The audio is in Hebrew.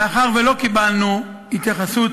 מאחר שלא קיבלנו התייחסות